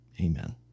amen